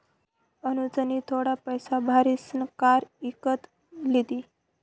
अनुजनी थोडा पैसा भारीसन कार इकत लिदी